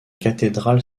cathédrale